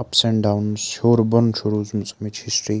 ups and downs ہیٛور بۄن چھِ روٗزمٕژ اَمِچ ہِسٹرٛی